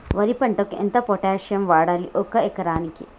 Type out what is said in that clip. వరి పంటకు ఎంత పొటాషియం వాడాలి ఒక ఎకరానికి?